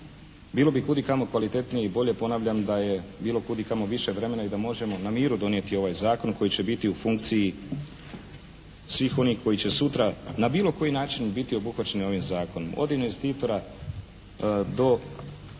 Bilo bi kudikamo kvalitetnije i bolje ponavljam da je bilo kudikamo više vremena i da možemo na miru donijeti ovaj zakon koji će biti u funkciji svih onih koji će sutra na bilo koji način biti obuhvaćeni ovim zakonom. Od investitora do